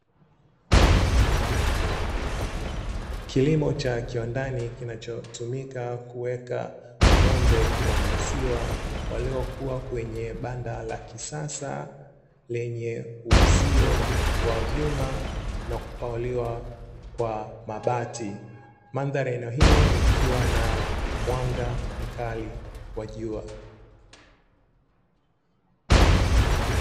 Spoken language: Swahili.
Kilimo cha kiwandani kinachotumika kuweka ng'ombe wa maziwa waliokuwa kwenye banda la kisasa lenye uzio wa vyuma na kupaliwa kwa mabati. Mandhari ya eneo hilo likiwa na mwanga mkali wa jua.